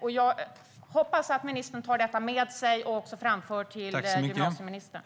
Jag hoppas att ministern tar detta med sig och också framför det till gymnasieministern.